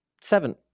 Seven